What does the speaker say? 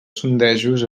sondejos